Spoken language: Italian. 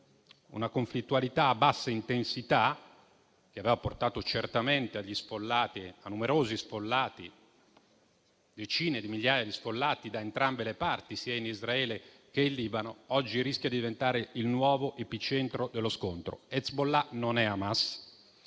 una conflittualità a bassa intensità, che aveva portato certamente a decine di migliaia di sfollati da entrambe le parti sia in Israele che in Libano, oggi rischia di diventare il nuovo epicentro dello scontro. Hezbollah non è Hamas.